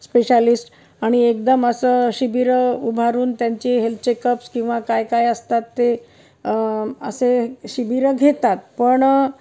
specialist आणि एकदम असं शिबिरं उभारून त्यांची हेल्थ चेकअप्स किंवा काय काय असतात ते असे शिबिरं घेतात पण